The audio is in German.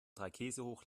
dreikäsehoch